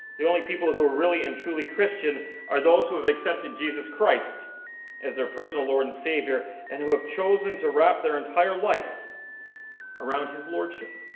the only people who are really and truly christian are those who have accepted jesus christ as their personal lord and savior and who have chosen to wrap their entire life around his lordship.